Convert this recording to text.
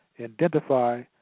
identify